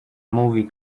movie